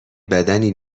بدنی